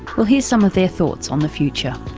well here are some of their thoughts on the future.